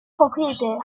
propriétaires